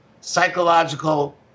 psychological